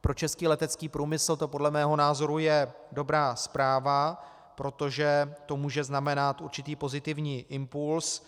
Pro český letecký průmysl to podle mého názoru je dobrá zpráva, protože to může znamenat určitý pozitivní impuls,